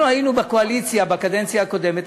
אנחנו היינו בקואליציה בקדנציה הקודמת,